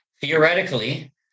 theoretically